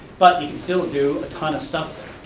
but you could still do a ton of stuff